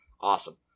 awesome